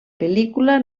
pel·lícula